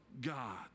God